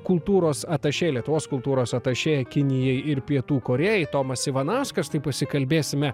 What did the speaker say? kultūros atašė lietuvos kultūros atašė kinijai ir pietų korėjai tomas ivanauskas tai pasikalbėsime